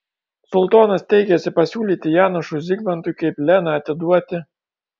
sultonas teikėsi pasiūlyti janošui zigmantui kaip leną atiduoti